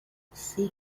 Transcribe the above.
six